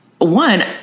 One